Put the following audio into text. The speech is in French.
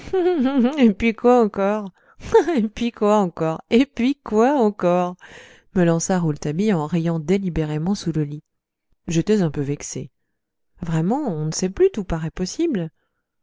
et puis quoi encore et puis quoi encore me lança rouletabille en riant délibérément sous le lit j'étais un peu vexé vraiment on ne sait plus tout paraît possible